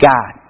God